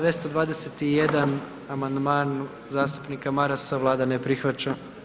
221. amandman zastupnika Marasa, Vlada ne prihvaća.